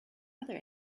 other